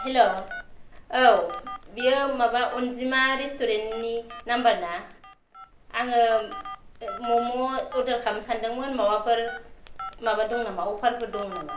हेल' औ बेयो माबा अनजिमा रेस्टुरेन्टनि नाम्बार ना आङो म'म' अर्दार खालामनो सानदोंमोन माबाफोर माबा दं नामा अफारफोर दङ नामा